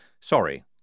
Sorry